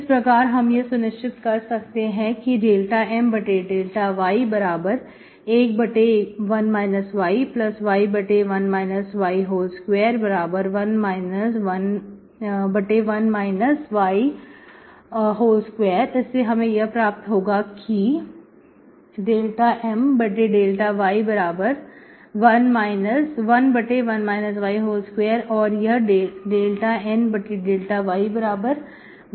इस प्रकार हम यह सुनिश्चित कर सकते हैं कि ∂M∂y11 yy1 y211 y2 इससे हमें प्राप्त होगा कि ∂M∂y11 y2 और यह ∂N∂x11 y2 के बराबर है